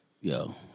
Yo